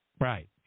Right